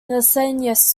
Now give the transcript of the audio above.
miscellaneous